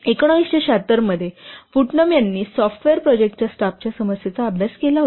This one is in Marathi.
1976 मध्ये पुट्नम यांनी सॉफ्टवेअर प्रोजेक्टच्या स्टाफच्या समस्येचा अभ्यास केला होता